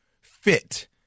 fit